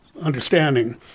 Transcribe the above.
understanding